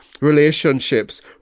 relationships